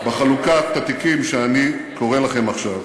בחלוקת התיקים שאני קורא לכם עכשיו.